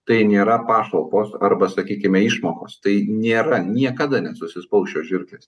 tai nėra pašalpos arba sakykime išmokos tai nėra niekada nesusispaus šios žiurkės